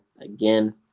again